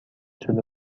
شده